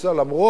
למרות